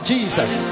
Jesus